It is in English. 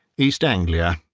east anglia.